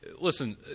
Listen